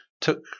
took